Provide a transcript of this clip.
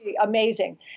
amazing